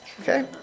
Okay